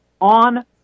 on